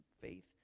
faith